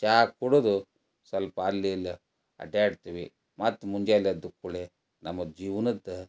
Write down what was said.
ಚಹಾ ಕುಡಿದು ಸ್ವಲ್ಪ ಅಲ್ಲಿ ಇಲ್ಲಿ ಅಡ್ಡಾಡ್ತೀವಿ ಮತ್ತು ಮುಂಜಾನೆ ಎದ್ದ ಕೂಡಲೆ ನಮ್ಮ ಜೀವನದ